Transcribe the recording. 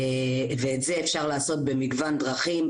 ואת זה אפשר לעשות במגוון דרכים.